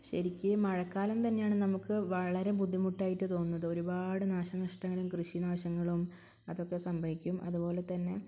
ശരിക്കും ഈ മഴക്കാലം തന്നെയാണ് നമുക്ക് വളരെ ബുദ്ധിമുട്ടായിട്ട് തോന്നുന്നത് ഒരുപാട് നാശനഷ്ടങ്ങളും കൃഷിനാശങ്ങളും അതൊക്കെ സംഭവിക്കും അതുപോലെ തന്നെ